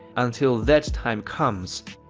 until that time comes,